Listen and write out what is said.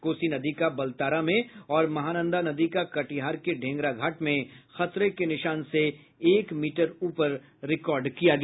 कोसी नदी का बलतारा में और महानंदा नदी का कटिहार के ढेंगरा घाट में खतरे के निशान से एक मीटर ऊपर रिकार्ड किया गया